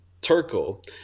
turkle